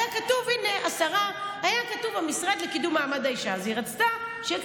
היה כתוב: "המשרד לקידום מעמד האישה" היא רצתה שיהיה